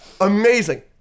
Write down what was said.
Amazing